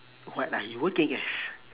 what are you working as